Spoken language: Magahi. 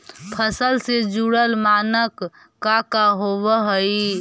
फसल से जुड़ल मानक का का होव हइ?